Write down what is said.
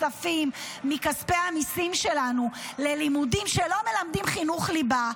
מכספי המיסים שלנו ללימודים שלא מלמדים חינוך ליבה,